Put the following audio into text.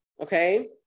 Okay